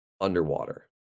underwater